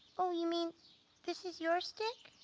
oh you mean this is your stick?